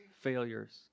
failures